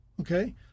Okay